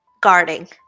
guarding